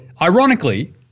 Ironically